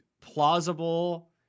plausible